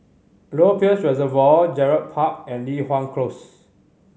Lower Peirce Reservoir Gerald Park and Li Hwan Close